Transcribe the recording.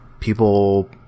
people